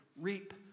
reap